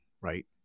right